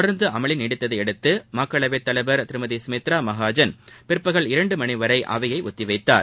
தொடர்ந்து அமளி நீடித்ததையடுத்து மக்களவைத்தலைவர் திருமதி கமித்ரா மகாஜன் பிற்பகல் இரண்டு மணி வரை ஒத்திவைத்தார்